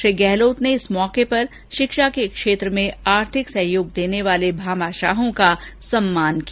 श्री गहलोत ने इस अवसर पर शिक्षा के क्षेत्र में आर्थिक सहयोग देने वाले भामाशाहों का सम्मान किया